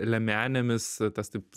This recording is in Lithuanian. liemenėmis tas taip